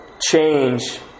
change